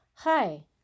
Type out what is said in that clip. Hi